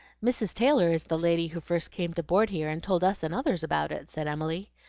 mrs. taylor is the lady who first came to board here, and told us and others about it, said emily.